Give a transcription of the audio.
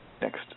next